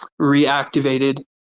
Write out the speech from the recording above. reactivated